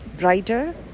brighter